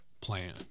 plan